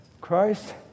Christ